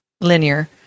linear